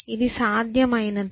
ఇది సాధ్యమైనదే